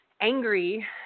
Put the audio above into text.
angry